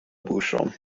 buŝon